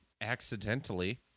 accidentally